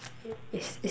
it's